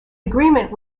agreement